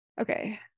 Okay